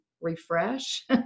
refresh